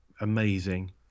amazing